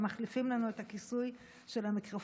ומחליפים לנו את הכיסוי של המיקרופונים,